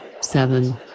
seven